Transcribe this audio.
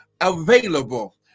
available